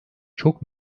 çok